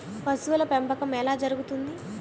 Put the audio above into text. పశువుల పెంపకం ఎలా జరుగుతుంది?